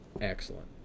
Excellent